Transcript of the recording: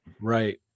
Right